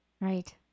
Right